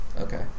Okay